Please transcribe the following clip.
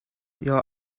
your